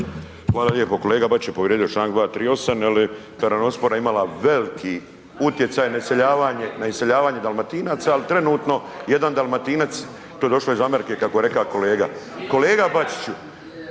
Hvala lijepo. Kolega Bačić je povrijedio Članak 238. jer je peronospora imala veliki utjecaj na iseljavanje dalmatinaca, ali trenutno jedan dalmatinac, to je došlo iz Amerike kako je rekao kolega. Kolega Bačiću,